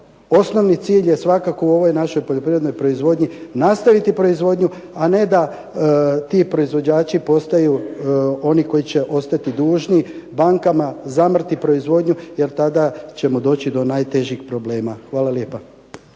osnovni cilj je svakako u ovoj našoj poljoprivrednoj proizvodnji nastaviti proizvodnju, a ne da ti proizvođači postaju oni koji će ostati dužni bankama, zamrti proizvodnju jer tada ćemo doći do najtežih problema. Hvala lijepa.